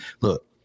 Look